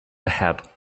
ahead